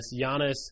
Giannis